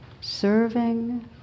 serving